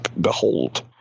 behold